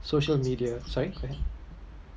social media sorry go ahead